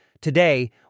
Today